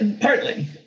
Partly